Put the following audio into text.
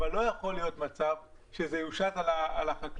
אבל לא יכול להיות מצב שזה יושת על החקלאים.